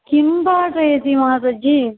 किं पाठयति माताजि